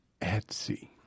Etsy